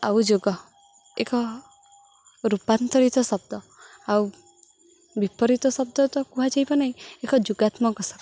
ଆଉ ଯୋଗ ଏକ ରୂପାନ୍ତରିତ ଶବ୍ଦ ଆଉ ବିପରୀତ ଶବ୍ଦ ତ କୁହାଯିବ ନାହିଁ ଏକ ଯୁଗାତ୍ମକ ଶବ୍ଦ